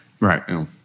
Right